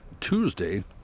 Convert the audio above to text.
Tuesday